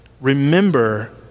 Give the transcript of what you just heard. remember